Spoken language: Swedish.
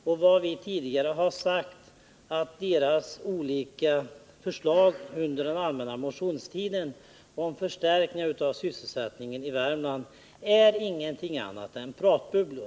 Vi har redan tidigare sagt att deras olika förslag under den allmänna motionstiden till förstärkningar av sysselsättningen i Värmland ingenting annat är än pratbubblor.